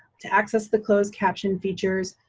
to access the closed caption features,